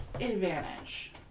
advantage